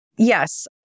Yes